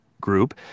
group